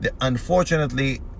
unfortunately